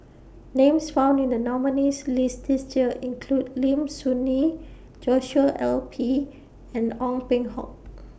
Names found in The nominees' list This Year include Lim Soo Ngee Joshua L P and Ong Peng Hock